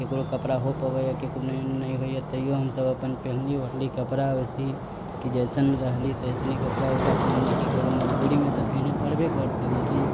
केकरो कपड़ा हो पबैय केकरो कपड़ा नहि होइया तैयो हमसब अपन पेनहली ओढ़ली कपड़ा ओहिसेही की जैसन रहली तैसने कपड़ा ऊपड़ा पेनहली की करू मजबूरी मे तऽ पेनहे परबे करतै वैसन